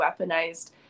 weaponized